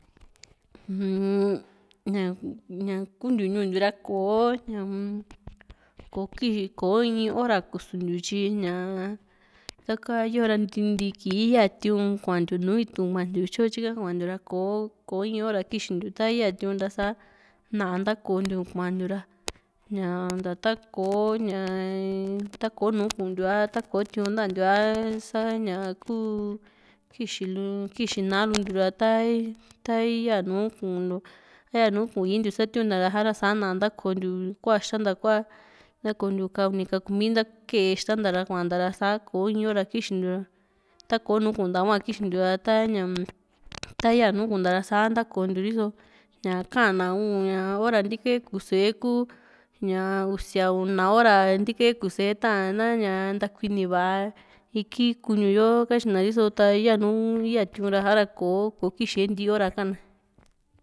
uum ña ña kuntiu ñuu ntiu ra kò´o ñaa-m kò´o in hora kusuntiu tyi ñaa taka yo´ra ntiki yaa tiu´n kuantiu nùù itu tyo tyika kuantiura ko ko in hora kixintiu taya tiu´n ta sa na´a ntakontiu kuantiu ra ñaa nta tako ñaa tako nu kuntiu a ta kò´o tiu´n ntantiu a sa ña kuu kixintiu kixi naa luu ntiu ra ta ta iyaa nu kuntiou yanu kuu iintiu satiura ra sa na´a ntakontiu kua ixtanta kua ntakontiu ka uni ka kumi nta kee ixta ntaa ra kuanta sa´ra kò´o in hora kixintiu tako nu kunta hua kixintiu ta ta ña ta yaa nu kunta sa ntakontiu ri so ña ka´an na uun hora ntika´e kusue ku ñaa usia una hora ntika´e kusue taa na ña ntakuini va´a iki kuñue katyi na riso ta yaa nùù ya tiu´n ra sa´ra kò´o kixie nti hora ka´an na.